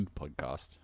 Podcast